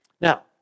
Now